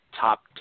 top